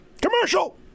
Commercial